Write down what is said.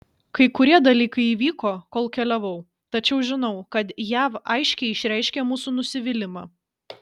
kai kurie dalykai įvyko kol keliavau tačiau žinau kad jav aiškiai išreiškė mūsų nusivylimą